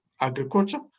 agriculture